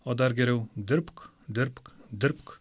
o dar geriau dirbk dirbk dirbk